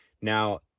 Now